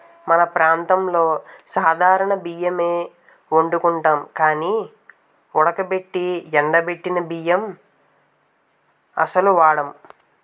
మన ప్రాంతంలో సాధారణ బియ్యమే ఒండుకుంటాం గానీ ఉడకబెట్టి ఎండబెట్టిన బియ్యం అస్సలు వాడం